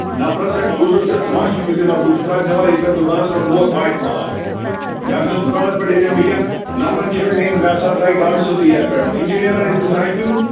نفرَس اَتھِ سوٗزُتھ ژےٚ سُہ ما چھُس بہٕ ذِمہٕ وار بہٕ چھُس تتھ ذِمہٕ وار یہِ مےٚ دُکانَس پٮ۪ٹھ وو واتہِ مال مےٚ حظ چھُس دُکانَس پٮ۪ٹھ وُنکٮ۪ن ییٚتٮ۪ن نفرن چٲنٛۍ أنۍ مےٚ ہَسا ترٛایہِ گاڑٕ سیٚودُے یتھ پٮ۪ٹھ یِم چھِ نیران ییٚتہِ پٕنٛژٕہے کِلوٗ